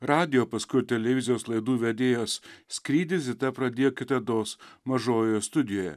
radijo paskui ir televizijos laidų vedėjos skrydį zita pradėjo kitados mažojoje studijoje